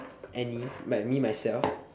any like me myself